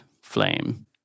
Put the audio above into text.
flame